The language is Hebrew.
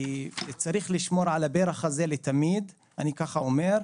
צריך לשמור על הפרח הזה לתמיד ככה אני אומר.